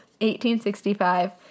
1865